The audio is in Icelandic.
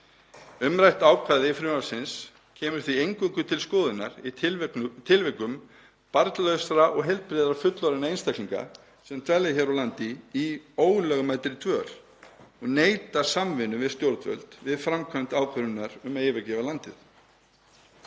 Umrætt ákvæði frumvarpsins kemur því eingöngu til skoðunar í tilvikum barnlausra og heilbrigðra fullorðinna einstaklinga sem dvelja hér á landi í ólögmætri dvöl og neita samvinnu við stjórnvöld við framkvæmd ákvörðunar um að yfirgefa landið.